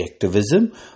objectivism